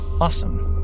awesome